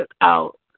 out